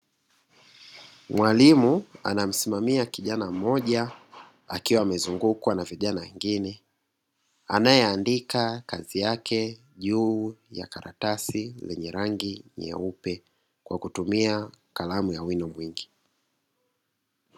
Mwalimu anamsimamia kijana mmoja akiwa amezungukwa na vijana wengine anayeandika kazi yake juu ya karatasi lenye rangi nyeupe kwa kutumia kalamu ya wino mwingi.